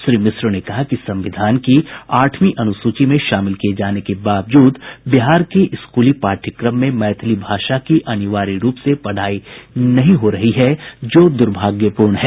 श्री मिश्र ने कहा कि संविधान की आठवीं अनुसूची में शामिल किये जाने को बावजूद बिहार के स्कूली पाठ्यक्रम में मैथिली भाषा की अनिवार्य रूप से पढ़ाई नहीं हो रही है जो दुर्भाग्यपूर्ण है